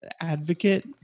advocate